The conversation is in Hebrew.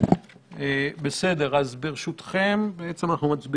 יש כאלה שאומרים שכן צריך להשתמש